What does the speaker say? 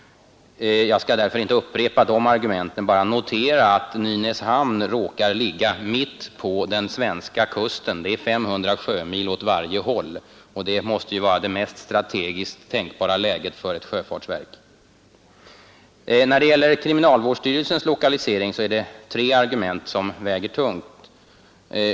Jag skall därför inte upprepa de argumenten. Jag noterar bara att Nynäshamn råkar ligga mitt på den svenska kusten. Det är 500 sjömil kust åt varje håll. Strategiskt måste det vara det bästa tänkbara läget för ett sjöfartsverk. När det gäller kriminalvårdsstyrelsens lokalisering väger tre argument tungt.